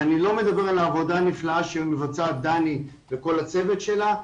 ואני לא מדבר על העבודה הנפלאה שעושה דני וכל הצוות שלה,